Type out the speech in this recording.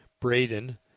Braden